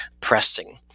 pressing